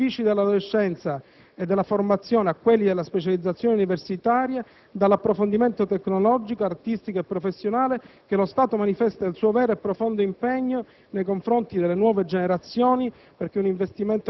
dagli anni difficili dell'adolescenza e della formazione a quelli della specializzazione universitaria, dell'approfondimento tecnologico, artistico e professionale che lo Stato manifesta il suo vero e profondo impegno nei confronti delle nuove generazioni,